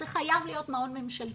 נכון, זה חייב להיות מעון ממשלתי.